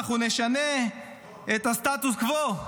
אנחנו נשנה את הסטטוס-קוו.